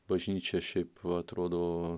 bažnyčia šiaip atrodo